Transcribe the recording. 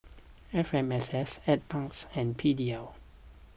F M S S N Parks and P D L